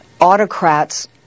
autocrats